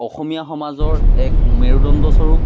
অসমীয়া সমাজৰ এক মেৰুদণ্ড স্বৰূপ